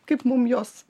kaip mum jos